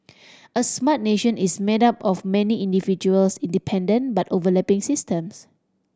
a smart nation is made up of many individuals independent but overlapping systems